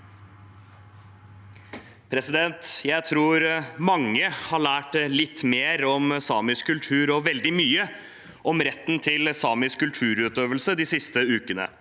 Jeg tror man- ge har lært litt mer om samisk kultur og veldig mye om retten til samisk kulturutøvelse de siste ukene.